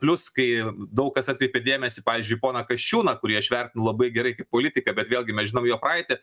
plius kai daug kas atkreipė dėmesį pavyzdžiui į poną kasčiūną kurį aš vertinu labai gerai kaip politiką bet vėlgi mes žinom jo praeitį